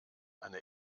eine